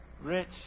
Rich